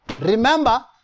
Remember